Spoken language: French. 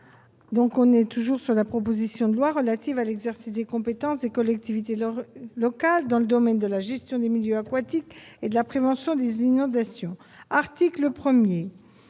l'ensemble de la proposition de loi relative à l'exercice des compétences des collectivités territoriales dans le domaine de la gestion des milieux aquatiques et de la prévention des inondations. Voici quel